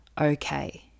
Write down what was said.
okay